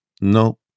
no